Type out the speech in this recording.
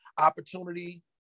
opportunity